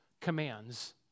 commands